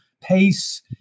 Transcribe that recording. pace